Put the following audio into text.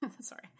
sorry